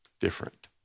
different